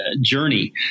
journey